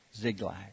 Ziglag